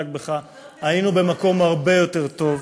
היינו במקום הרבה יותר טוב.